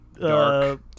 dark